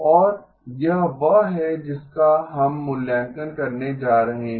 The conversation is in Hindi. और यह वह है जिसका हम मूल्यांकन करने जा रहे हैं